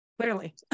clearly